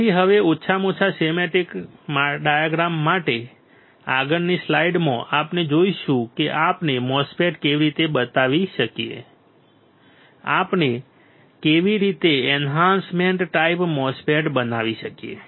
તેથી હવે ઓછામાં ઓછા સ્કેમેટિક ડાયાગ્રામ માટે આગળની સ્લાઇડમાં આપણે જોઈશું કે આપણે MOSFET કેવી રીતે બનાવી શકીએ આપણે કેવી રીતે એન્હાન્સમેન્ટ ટાઈપ MOSFET બનાવી શકીએ